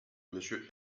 monsieur